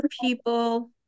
people